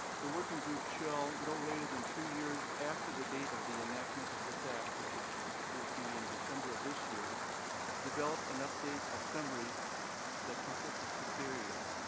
the working group shall no later than two years after the date of the enactment of this act which will be in december of this year develop an update, a summary that consists of six areas.